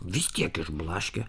vis tiek išblaškė